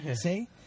see